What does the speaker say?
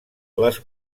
les